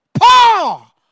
Paul